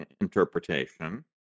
interpretation